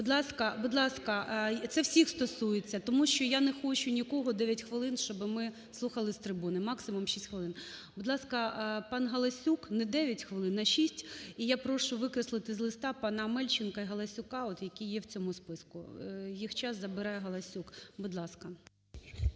Будь ласка, це всіх стосується тому що я не хочу нікого, 9 хвилин щоби ми слухали з трибуни, максимум 6 хвилин. Будь ласка, пан Галасюк, не 9 хвилин, а 6. І я прошу викреслити з листа пана Амельченка і Галасюка, от які є в цьому списку, їх час забирає Галасюк. Будь ласка.